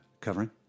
covering